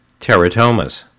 Teratomas